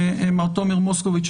מר תומר מוסקוביץ.